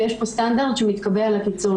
ויש פה סטנדרט שמתקבע לקיצון.